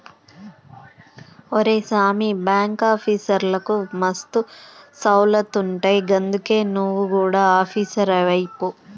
ఒరే సామీ, బాంకాఫీసర్లకు మస్తు సౌలతులుంటయ్ గందుకే నువు గుడ ఆపీసరువైపో